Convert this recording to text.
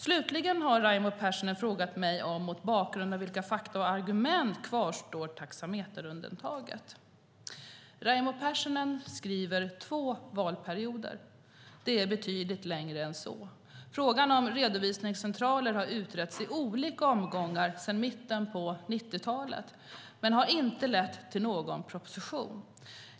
Slutligen har Raimo Pärssinen frågat mig om mot bakgrund av vilka fakta och argument taxameterundantaget kvarstår. Raimo Pärssinen skriver "två valperioder". Det är betydligt längre än så. Frågan om redovisningscentraler har utretts i olika omgångar sedan mitten av 90-talet men har inte lett till någon proposition.